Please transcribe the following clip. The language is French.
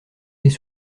des